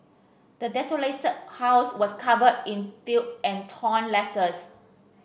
the desolated house was covered in filth and torn letters